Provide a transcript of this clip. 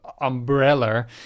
umbrella